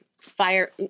fire